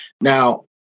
Now